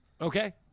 Okay